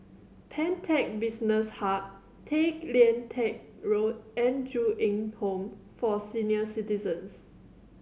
Pantech Business Hub Tay Lian Teck Road and Ju Eng Home for Senior Citizens